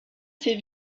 ses